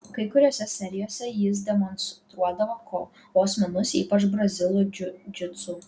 kai kuriose serijose jis demonstruodavo kovos menus ypač brazilų džiudžitsu